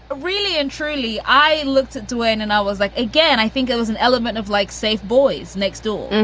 really and truly, i looked at duane and i was like, again, i think it was an element of, like, safe boys next door.